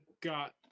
got